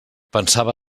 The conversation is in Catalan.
pensava